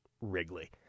Wrigley